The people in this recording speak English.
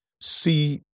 see